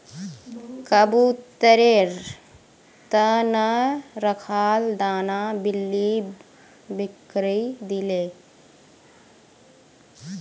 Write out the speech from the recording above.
कबूतरेर त न रखाल दाना बिल्ली बिखरइ दिले